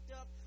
up